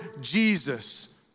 Jesus